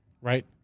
right